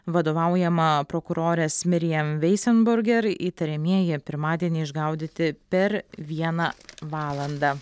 vadovaujama prokurorės mirjam veisenburger įtariamieji pirmadienį išgaudyti per vieną valandą